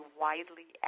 widely